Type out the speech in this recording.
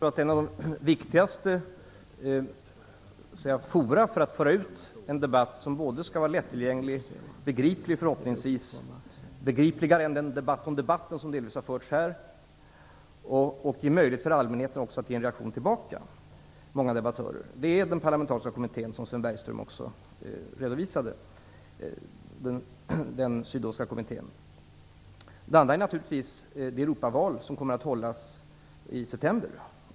Herr talman! De viktigaste fora för att föra ut en debatt som både skall vara lättillgänglig och begripligare än delvis den debatt som förts här och ge allmänheten möjlighet att ge reaktion tillbaka är å ena sidan den parlamentariska kommitté som Sven Bergström nämnde, Sydowska kommittén, och å andra sidan EU-valet i september.